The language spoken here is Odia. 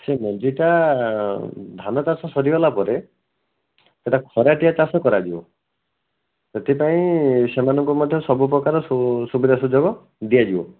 ସେ ମଞ୍ଜିଟା ଧାନ ଚାଷ ସରିଗଲା ପରେ ସେଟା ଖରାଟିଆ ଚାଷ କରାଯିବ ସେଥିପାଇଁ ସେମାନଙ୍କୁ ମଧ୍ୟ ସବୁପ୍ରକାର ସୁବିଧା ସୁଯୋଗ ଦିଆଯିବ